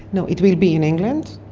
no, it will be in england.